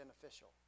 beneficial